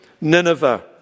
Nineveh